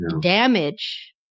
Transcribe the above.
damage